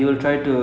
ya